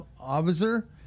Officer